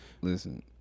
Listen